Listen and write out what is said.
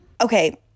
Okay